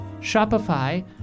Shopify